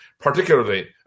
particularly